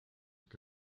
que